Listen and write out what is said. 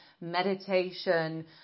meditation